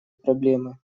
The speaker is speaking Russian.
проблемы